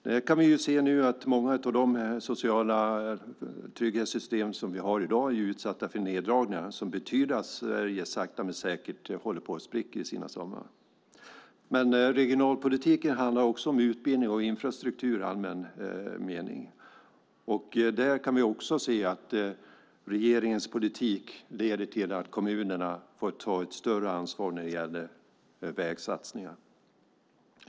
Vi kan se att många av de sociala trygghetssystem som vi har i dag är utsatta för neddragningar. Det betyder att Sverige sakta men säkert håller på att spricka i sina sömmar. Regionalpolitiken handlar också om utbildning och infrastruktur i allmän mening. Vi kan se att regeringens politik leder till att kommunerna får ta ett större ansvar när det gäller vägsatsningar.